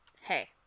Hey